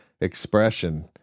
expression